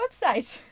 website